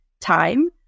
time